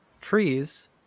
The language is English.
trees